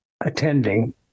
attending